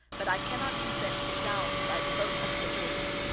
but i cannot consent to be bound by the vote of the majority.